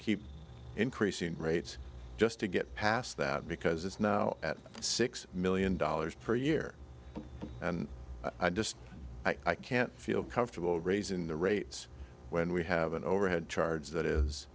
keep increasing rates just to get past that because it's now at six million dollars per year and i just i can't feel comfortable raising the rates when we have an overhead charge that is